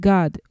God